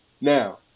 Now